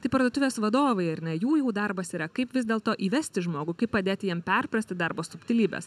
tai parduotuvės vadovai ar ne jųjų darbas yra kaip vis dėlto įvesti žmogų kaip padėti jam perprasti darbo subtilybes